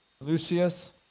Lucius